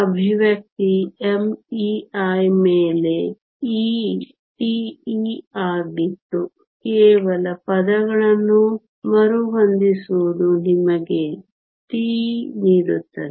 expression me¿ ಮೇಲೆ e τe ಆಗಿತ್ತು ಕೇವಲ ಪದಗಳನ್ನು ಮರುಹೊಂದಿಸುವುದು ನಿಮಗೆ τe ನೀಡುತ್ತದೆ